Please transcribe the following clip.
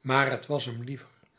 maar t was hem liever